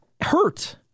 hurt